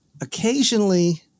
occasionally